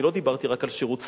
אני לא דיברתי רק על שירות צבאי.